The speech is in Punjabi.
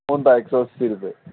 ਉਹਦਾ ਇੱਕ ਸੌ ਅੱਸੀ ਰੁਪਏ